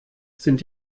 sind